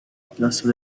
plaza